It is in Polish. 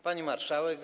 Pani Marszałek!